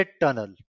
tunnel